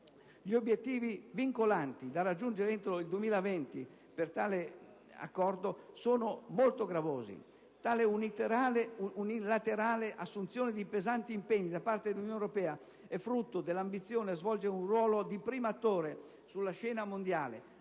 Gli obiettivi "vincolanti" da raggiungere entro il 2020 per via di tale accordo sono molto gravosi. Tale unilaterale assunzione di pesanti impegni da parte dell'Unione europea è frutto dell'ambizione a svolgere un ruolo di primattore sulla scena mondiale,